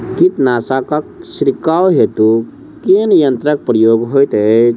कीटनासक छिड़काव हेतु केँ यंत्रक प्रयोग होइत अछि?